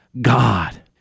God